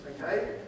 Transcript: okay